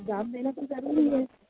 exam देना तो ज़रूरी है